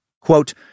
quote